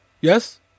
yes